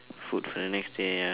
food for the next day ya